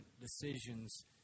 decisions